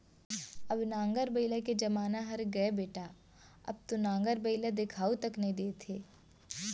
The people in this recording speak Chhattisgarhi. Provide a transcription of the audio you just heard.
अब नांगर बइला के जमाना हर गय बेटा अब तो नांगर बइला देखाउ तक नइ देत हे